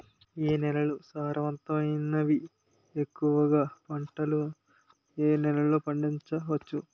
ఏ నేలలు సారవంతమైనవి? ఎక్కువ గా పంటలను ఏ నేలల్లో పండించ వచ్చు?